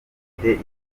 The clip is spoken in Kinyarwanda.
afite